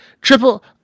Triple